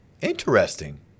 interesting